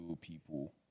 people